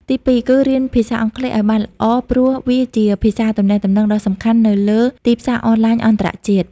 ទីពីរ គឺ រៀនភាសាអង់គ្លេស ឱ្យបានល្អព្រោះវាជាភាសាទំនាក់ទំនងដ៏សំខាន់នៅលើទីផ្សារអនឡាញអន្តរជាតិ។